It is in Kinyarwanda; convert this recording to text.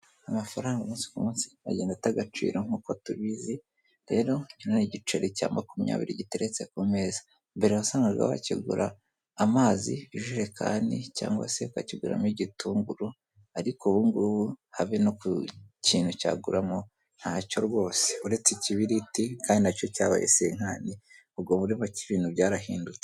Amafaranga umunsi ku munsi agenda ata agaciro nk'uko tubizi, rero ni igiceri cya makumyabiri giteretse ku meza. Mbere wasangaga bakigura amazi, ijerekani cyangwa se bakakiguramo igitunguru, ariko ubu ngubu habe no ku kintu cyaguramo ntacyo rwose. Uretse ikibiriti kandi na cyo cyabaye senkani, ubwo muri make ibintu byarahindutse.